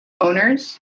owners